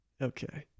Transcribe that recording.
Okay